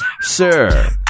Sir